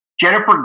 Jennifer